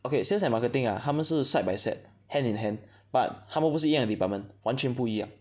okay sales and marketing ah 他们是 side by side hand in hand but 他们不是一样的 department 完全不一样